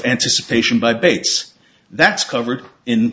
anticipation by bates that's covered in